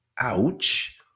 ouch